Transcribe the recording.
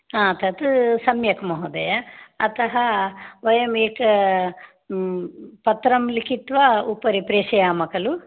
हा तत् सम्यक् महोदय अतः वयम् एकं पत्रं लिखित्वा उपरि प्रेषयाम खलु